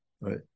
right